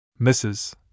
Mrs